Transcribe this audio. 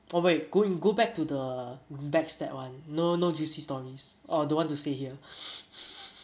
oh wait goin~ go back to the backstab [one] that [one] no no juicy stories or don't want to say here